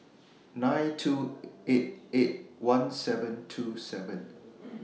nine two eight eight one seven two seven